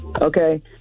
okay